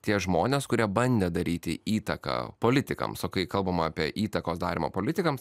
tie žmonės kurie bandė daryti įtaką politikams o kai kalbama apie įtakos darymą politikams